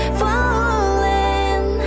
falling